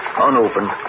unopened